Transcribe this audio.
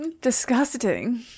Disgusting